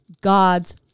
God's